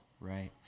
right